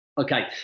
Okay